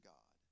God